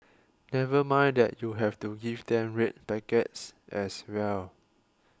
never mind that you have to give them red packets as well